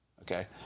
Okay